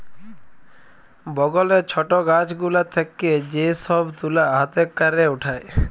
বগলে ছট গাছ গুলা থেক্যে যে সব তুলা হাতে ক্যরে উঠায়